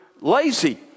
lazy